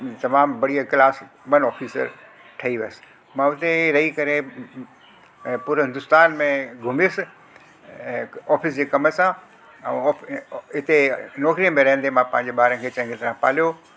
तमामु बढ़िया class one officer ठही वियुसि मां हुते रही करे अ पूरे हिंदुस्तान में घुमियुसि ऐं ऑफिस जे कम सां ऐं हिते नौकिरीअ में रहंदे मां पंहिंजे ॿार खे चङी तराह पालियो